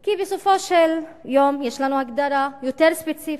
כי בסופו של יום יש לנו הגדרה יותר ספציפית,